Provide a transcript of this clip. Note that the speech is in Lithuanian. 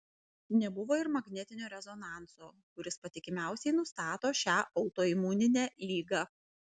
nebuvo ir magnetinio rezonanso kuris patikimiausiai nustato šią autoimuninę ligą